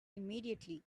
immediately